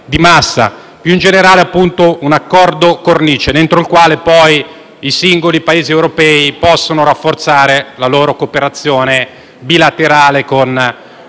di massa. Più in generale, si tratta, appunto, di un Accordo cornice, all'interno del quale poi i singoli Paesi europei possono rafforzare la loro cooperazione bilaterale con